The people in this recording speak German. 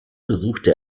besuchte